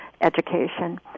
education